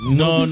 no